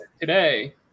today